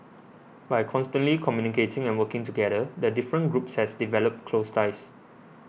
by constantly communicating and working together the different groups have developed close ties